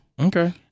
Okay